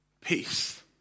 peace